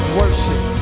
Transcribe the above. worship